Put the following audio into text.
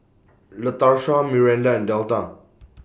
Latarsha Myranda and Delta